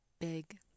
big